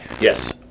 Yes